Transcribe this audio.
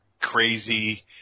crazy